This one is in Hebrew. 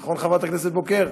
נכון, חברת הכנסת בוקר?